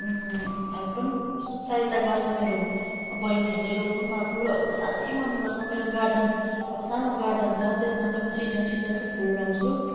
help पनि सहायता गर्छ मेरो बहिनीहरूले रोप्नु पनि मलाई फुलहरू चाहिँ साह्रै मन पर्छ मेरो गार्डन अब सानो गार्डन छ त्यसमा चाहिँ म सिजन सिजनको फुल लगाउँछु